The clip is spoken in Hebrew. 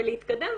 ולהתקדם.